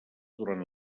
durant